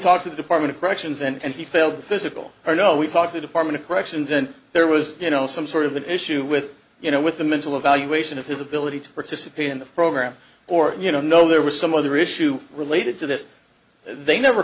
talked to the department of corrections and he failed the physical or no we talked to department of corrections and there was you know some sort of an issue with you know with the mental evaluation of his ability to participate in the program or you know no there was some other issue related to this they never